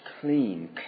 clean